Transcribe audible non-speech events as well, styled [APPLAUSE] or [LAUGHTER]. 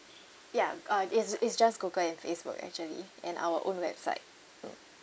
ya uh it's it's just Google and Facebook actually and our own website [NOISE]